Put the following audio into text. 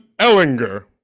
Ellinger